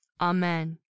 Amen